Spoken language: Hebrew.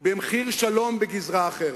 במחיר שלום בגזרה אחרת.